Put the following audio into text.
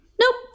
Nope